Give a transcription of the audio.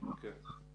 ח"כ אבו שחאדה בבקשה.